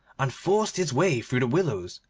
and forced his way through the willows,